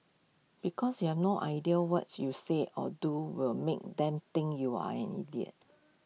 because you have no idea what you say or do will make them think you're an idiot